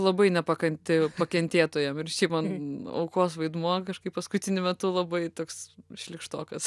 labai nepakanti pakentėtojam ir šiaip man aukos vaidmuo kažkaip paskutiniu metu labai šlykštokas